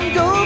go